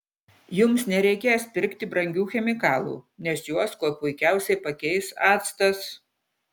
jums nereikės pirkti brangių chemikalų nes juos kuo puikiausiai pakeis actas